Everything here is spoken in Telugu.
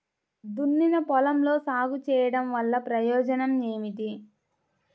దున్నిన పొలంలో సాగు చేయడం వల్ల ప్రయోజనం ఏమిటి?